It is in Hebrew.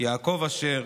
יעקב אשר,